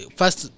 first